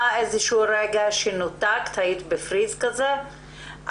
עבירה פלילית אבל